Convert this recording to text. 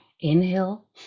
inhale